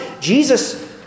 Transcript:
Jesus